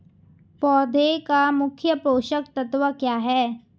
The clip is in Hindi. पौधे का मुख्य पोषक तत्व क्या हैं?